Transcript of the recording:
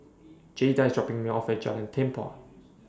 Jayda IS dropping Me off At Jalan Tempua